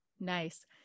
Nice